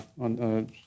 on